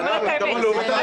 אני אומרת את האמת.